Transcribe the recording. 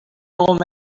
old